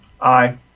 Aye